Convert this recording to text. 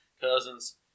cousins